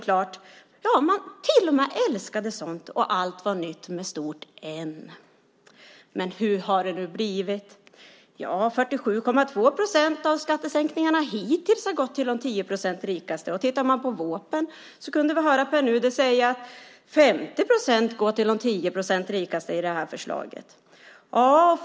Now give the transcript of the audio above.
Man till och med älskade sådant, och allt var nytt med stort N. Men hur har det nu blivit? Ja, 47,2 procent av skattesänkningarna hittills har gått till de 10 procent rikaste. Nu kunde vi höra Pär Nuder säga att 50 procent går till de 10 procent rikaste i förslaget i vårpropositionen.